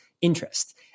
interest